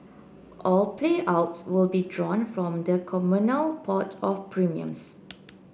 all payouts will be drawn from the communal pot of premiums